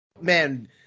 man